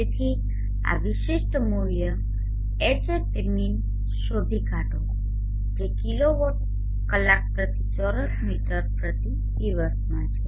તેથી આ વિશિષ્ટ મૂલ્ય Hatmin શોધી કાઢો કે જે કિલોવોટ કલાક પ્રતિ ચોરસ મીટર પ્રતિ દિવસમાં છે